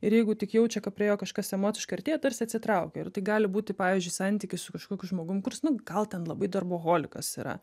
ir jeigu tik jaučia kad prie jo kažkas emociškai artėja tarsi atsitraukia ir tai gali būti pavyzdžiui santykis su kažkokiu žmogum kuris nu gal ten labai darboholikas yra